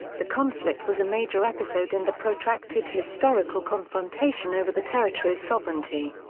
the conflict was a major episode in the protracted historical confrontation over the territories' sovereignty.